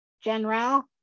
General